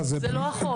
זה לא אחות.